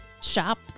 shop